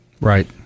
right